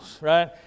right